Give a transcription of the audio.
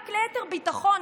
רק ליתר ביטחון,